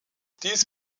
dies